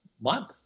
month